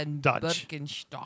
Dutch